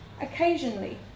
occasionally